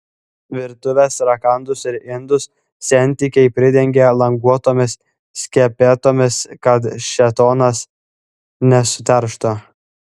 virtuvės rakandus ir indus sentikiai pridengia languotomis skepetomis kad šėtonas nesuterštų